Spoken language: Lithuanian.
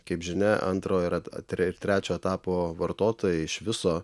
kaip žinia antro ir tre ir trečio etapo vartotojai iš viso